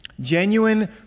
Genuine